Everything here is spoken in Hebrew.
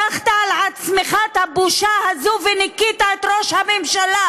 לקחת על עצמך את הבושה הזאת וניקית את ראש הממשלה,